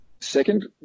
Second